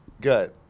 Good